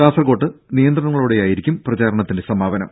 കാസർകോട് നിയന്ത്രണങ്ങളോടെയായിരിക്കും പ്രചാരണത്തിന്റെ സമാപനം